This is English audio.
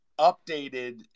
updated